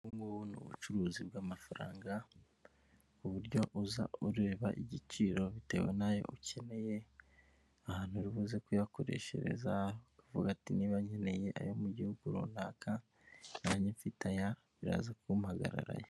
Ubu ngubu ni ubucuruzi bw'amafaranga, ku buryo uza ureba igiciro bitewe n'ayo ukeneye, ahantu uri buze kuyakoreshereza, uvuga ati niba nkeneye ayo mu gihugu runaka nanjye mfite aya, biraza kumpagara aya.